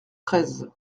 treize